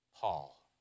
Paul